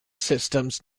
systems